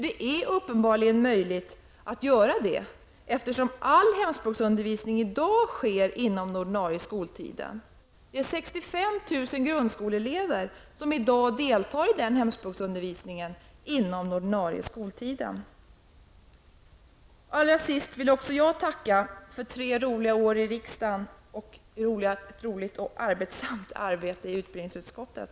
Det är uppenbarligen möjligt att göra det, eftersom all hemspråksundervisning i dag sker inom den ordinarie skoltiden. 65 000 grundskoleelever deltar i dag i hemspråksundervisningen inom ordinarie skoltid. Till sist vill också jag tacka för tre roliga år i riksdagen och för ett roligt och arbetsamt arbete i utbildningsutskottet.